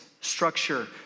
structure